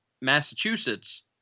Massachusetts